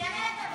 אני יכול לקבל?